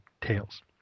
tails